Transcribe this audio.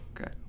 Okay